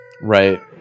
Right